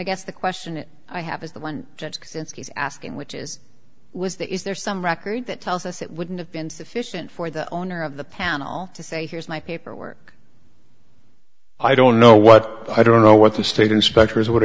guess the question i have is the one since he's asking which is was that is there some record that tells us it wouldn't have been sufficient for the owner of the panel to say here's my paperwork i don't know what i don't know what the state inspectors would